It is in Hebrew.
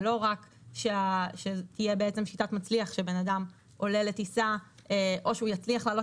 ולא רק שזו תהיה שיטת מצליח שבן אדם עולה לטיסה או שהוא יצליח לעלות